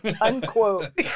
Unquote